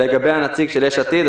לגבי הנציג של יש עתיד.